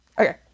Okay